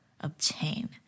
obtain